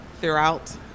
throughout